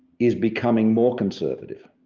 is becoming more conservative.